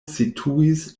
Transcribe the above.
situis